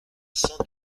sans